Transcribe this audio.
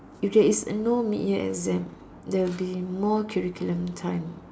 if there is no mid year exam there'll be more curriculum time